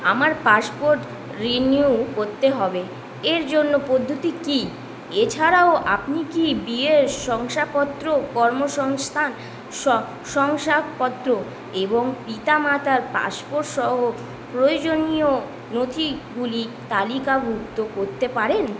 আমার passport renew করতে হবে এর জন্য পদ্ধতি কী এছাড়াও আপনি কি বিয়ের শংসাপত্র কর্মসংস্থান শংসাপত্র এবং পিতা মাতার পাসপোর্টসহ প্রয়োজনীয় নথিগুলি তালিকাভুক্ত করতে পারেন